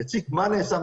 יציג מה נעשה,